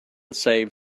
save